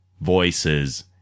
voices